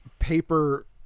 paper